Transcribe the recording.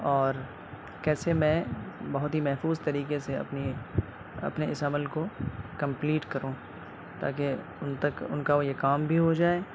اور کیسے میں بہت ہی محفوظ طریقے سے اپنی اپنے اس عمل کو کمپلیٹ کروں تاکہ ان تک ان کا یہ کام بھی ہو جائے